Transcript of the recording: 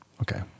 Okay